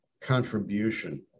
contribution